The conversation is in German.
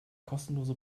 kostenlose